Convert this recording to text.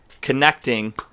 connecting